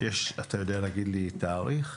אתה יודע להגיד לי תאריך?